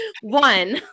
one